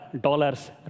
dollars